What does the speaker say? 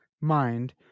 mind